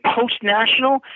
post-national